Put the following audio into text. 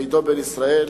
לעידו בן-יצחק,